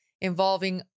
involving